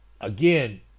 again